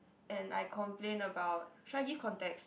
and I complain about should I give context